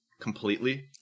completely